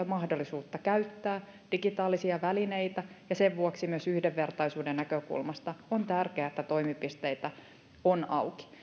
mahdollisuutta käyttää digitaalisia välineitä ja sen vuoksi myös yhdenvertaisuuden näkökulmasta on tärkeää että toimipisteitä on auki